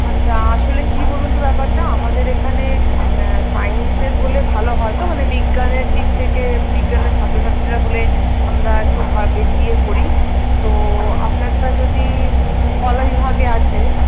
আচ্ছা আসলে কি বলুন তো ব্যাপারটা আমাদের এখানে সায়েন্সের হলে ভালো হয় তো মানে বিজ্ঞানের দিক থেকে বিজ্ঞানের ছাত্রছাত্রীরা হলে আমরা একটু ভাবি ইয়ে করি তো আপনারটা যদি কলা বিভাগে আছে